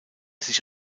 sich